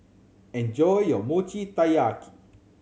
enjoy your Mochi Taiyaki